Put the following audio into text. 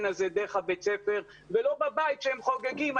הזה דרך בית הספר ולא בבית כשהם חוגגים.